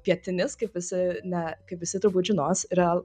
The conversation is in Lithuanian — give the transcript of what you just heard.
pietinis kaip visi ne kaip visi turbūt žinos yra